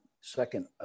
second